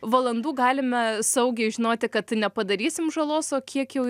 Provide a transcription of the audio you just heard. valandų galime saugiai žinoti kad nepadarysim žalos o kiek jau